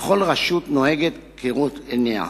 וכל רשות נוהגת כראות עיניה.